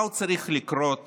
מה עוד צריך לקרות